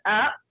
up